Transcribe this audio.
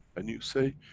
and you say,